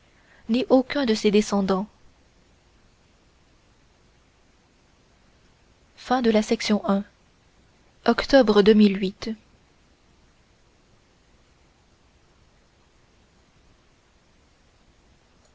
ni aucun de ses descendants octobre de